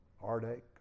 heartache